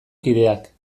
kideak